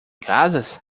casas